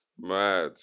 Mad